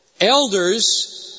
Elders